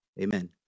amen